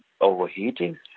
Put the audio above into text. overheating